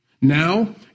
Now